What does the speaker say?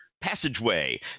passageway